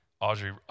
Audrey